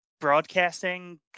Broadcasting